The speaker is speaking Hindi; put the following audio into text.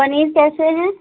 पनीर कैसे है